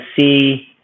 see